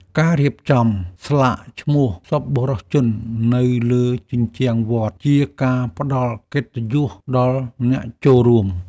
ការរៀបចំស្លាកឈ្មោះសប្បុរសជននៅលើជញ្ជាំងវត្ត ជាការផ្តល់កិត្តិយសដល់អ្នកចូលរួម។